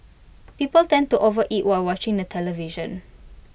people tend to overeat while watching the television